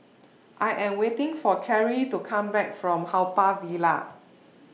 I Am waiting For Keri to Come Back from Haw Par Villa